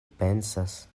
pensas